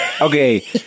Okay